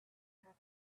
have